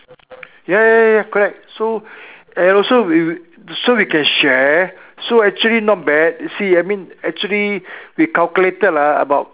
ya ya ya correct so and also we so we can share so actually not bad see I mean actually we calculated ah about